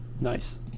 nice